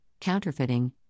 counterfeiting